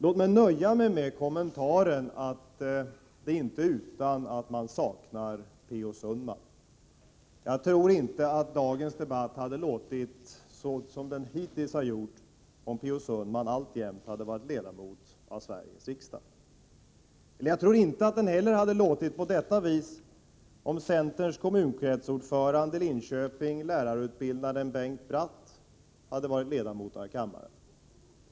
Jag låter nöja mig med kommentaren att det inte är utan att man saknar P.O. Sundman. Jag tror nämligen inte att det hade låtit i dagens debatt som det hittills har gjort om P.O. Sundman alltjämt hade varit ledamot av Sveriges riksdag. Inte heller tror jag att det hade låtit på detta vis, om centerns kommunkretsordförande i Linköping, lärarutbildaren Bengt Bratt, hade varit ledamot av kammaren.